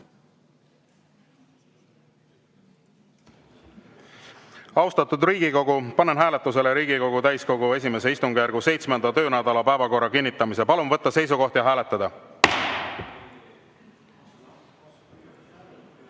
Austatud Riigikogu, panen hääletusele Riigikogu täiskogu I istungjärgu 7. töönädala päevakorra kinnitamise. Palun võtta seisukoht ja hääletada! Lugupeetud Riigikogu,